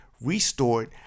restored